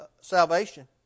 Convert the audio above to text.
salvation